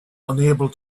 unable